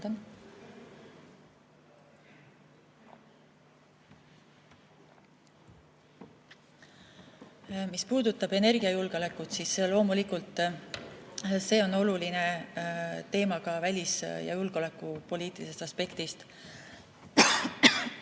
Mis puudutab energiajulgeolekut, siis loomulikult see on oluline teema ka välis‑ ja julgeolekupoliitilisest aspektist.